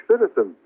citizens